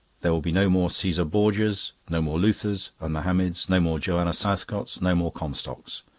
there will be no more caesar borgias, no more luthers and mohammeds, no more joanna southcotts, no more comstocks.